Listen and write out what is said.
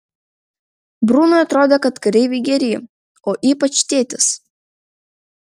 brunui atrodo kad kareiviai geri o ypač tėtis